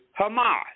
Hamas